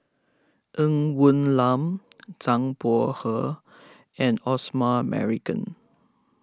Ng Woon Lam Zhang Bohe and Osman Merican